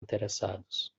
interessados